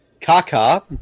Kaka